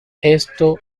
esto